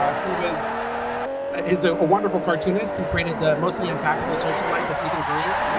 um who was is ah a wonderful cartoonist. he created the mostly unfabulous social life of ethan green.